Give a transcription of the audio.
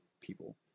people